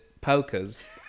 pokers